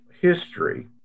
history